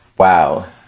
Wow